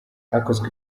hakozwe